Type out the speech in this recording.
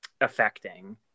affecting